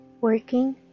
working